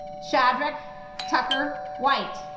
shadrack tucker white,